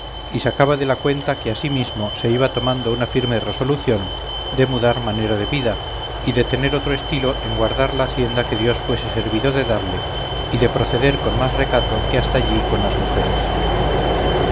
y sacaba de la cuenta que a sí mismo se iba tomando una firme resolución de mudar manera de vida y de tener otro estilo en guardar la hacienda que dios fuese servido de darle y de proceder con más recato que hasta allí con las mujeres